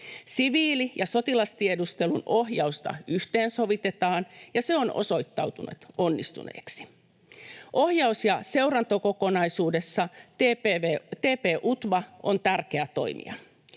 Siviili- ja sotilastiedustelun ohjausta yhteensovitetaan, ja se on osoittautunut onnistuneeksi. Ohjaus- ja seurantakokonaisuudessa TP-UTVA on tärkeä toimija.